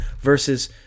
versus –